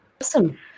awesome